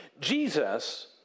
Jesus